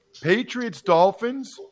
Patriots-Dolphins